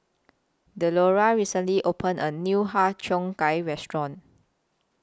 Delora recently opened A New Har Cheong Gai Restaurant